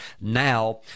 now